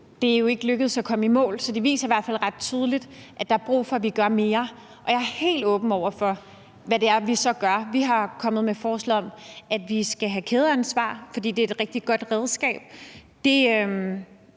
er det jo ikke lykkedes at komme i mål med. Så det viser i hvert fald ret tydeligt, at der er brug for, at vi gør mere. Jeg er helt åben over for, hvad det så er, vi skal gøre. Vi er kommet med forslag om, at vi skal have kædeansvar, fordi det er et rigtig godt redskab.